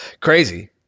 crazy